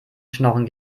schnorren